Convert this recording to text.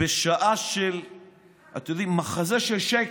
בשעה של מחזה של שייקספיר.